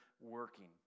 working